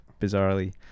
Bizarrely